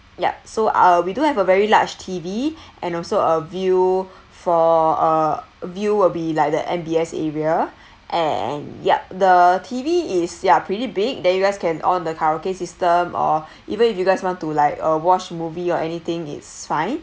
ya so uh we do have a very large T_V and also a view for a view will be like the M_B_S area and yup the T_V is ya pretty big then you guys can on the karaoke system or even if you guys want to like uh watch movie or anything it's fine